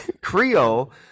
Creole